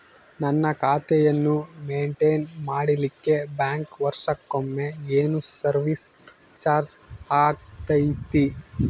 ನನ್ನ ಖಾತೆಯನ್ನು ಮೆಂಟೇನ್ ಮಾಡಿಲಿಕ್ಕೆ ಬ್ಯಾಂಕ್ ವರ್ಷಕೊಮ್ಮೆ ಏನು ಸರ್ವೇಸ್ ಚಾರ್ಜು ಹಾಕತೈತಿ?